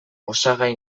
osagai